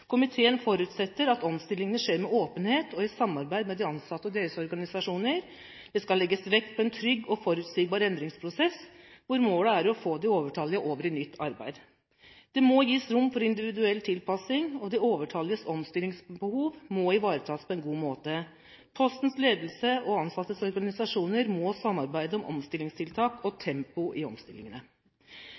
Komiteen forutsetter at omstillingene skjer med åpenhet og i samarbeid med de ansatte og deres organisasjoner. Det skal legges vekt på en trygg og forutsigbar endringsprosess, hvor målet er å få de overtallige over i nytt arbeid. Det må gis rom for individuell tilpassing, og de overtalliges omstillingsbehov må ivaretas på en god måte. Postens ledelse og ansattes organisasjoner må samarbeide om omstillingstiltak og tempo i omstillingene.